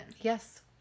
Yes